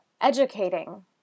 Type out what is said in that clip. educating